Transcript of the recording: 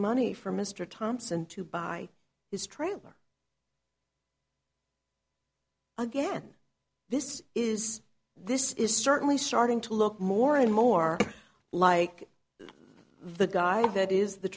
money for mr thompson to buy his trailer again this is this is certainly starting to look more and more like the guy that is the